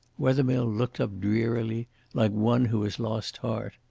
wethermill looked up drearily like one who has lost heart.